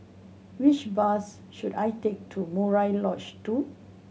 which bus should I take to Murai Lodge Two